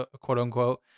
quote-unquote